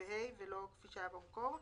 ו-(ה), ולא כפי שהיה במקור.